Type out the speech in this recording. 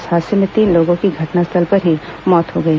इस हादसे में तीन लोगों की घटनास्थल पर ही मौत हो गई